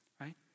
right